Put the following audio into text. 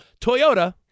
Toyota